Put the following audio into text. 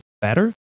better